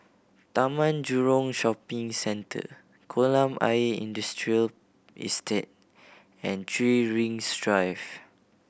Taman Jurong Shopping Centre Kolam Ayer Industrial Estate and Three Rings Drive